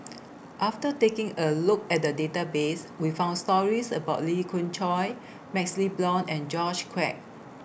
after taking A Look At The Database We found stories about Lee Khoon Choy MaxLe Blond and George Quek